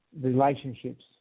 relationships